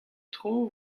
tro